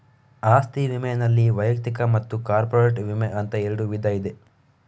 ಆಸ್ತಿ ವಿಮೆನಲ್ಲಿ ವೈಯಕ್ತಿಕ ಮತ್ತು ಕಾರ್ಪೊರೇಟ್ ವಿಮೆ ಅಂತ ಎರಡು ವಿಧ ಇದೆ